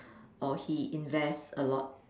or he invests a lot